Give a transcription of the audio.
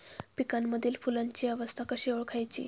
पिकांमधील फुलांची अवस्था कशी ओळखायची?